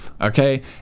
okay